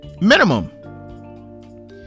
Minimum